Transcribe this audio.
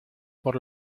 por